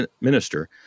minister